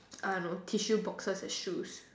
I don't know tissue boxes as shoes